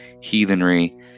heathenry